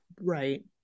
Right